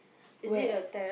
where